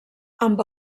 amb